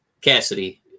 Cassidy